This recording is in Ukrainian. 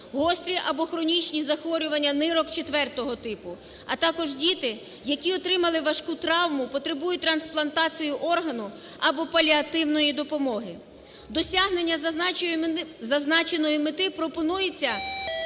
гострі або хронічні захворювання нирок четвертого типу, а також діти, які отримали важку травму, потребують трансплантацію органу або паліативної допомоги. Досягнення зазначеної мети пропонується